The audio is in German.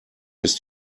ist